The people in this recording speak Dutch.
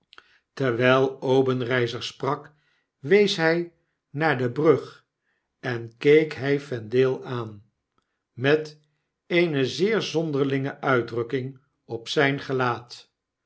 terwijl obenreizer sprak wees hij naar de brug en keek hij vendale aan met eene zeer zonderlinge uitdrukking op zijn gelaat